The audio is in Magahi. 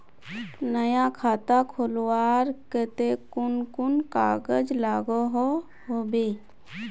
नया खाता खोलवार केते कुन कुन कागज लागोहो होबे?